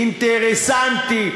אינטרסנטי,